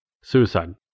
Suicide